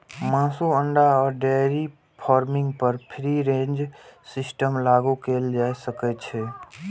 मासु, अंडा आ डेयरी फार्मिंग पर फ्री रेंज सिस्टम लागू कैल जा सकै छै